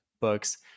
books